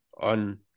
on